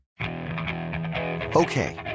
Okay